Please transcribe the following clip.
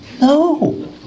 No